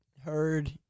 heard